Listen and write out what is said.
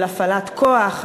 של הפעלת כוח,